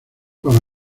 para